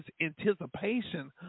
anticipation